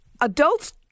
adults